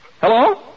Hello